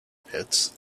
pits